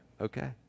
okay